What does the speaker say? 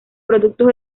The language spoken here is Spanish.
productos